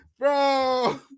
Bro